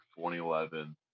2011